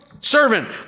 servant